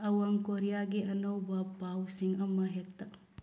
ꯑꯋꯥꯡ ꯀꯣꯔꯤꯌꯥꯒꯤ ꯑꯅꯧꯕ ꯄꯥꯎꯁꯤꯡ ꯑꯃ ꯍꯦꯛꯇ